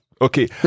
Okay